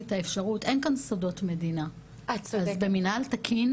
האפשרות אין כאן סודות מדינה אז במינהל תקין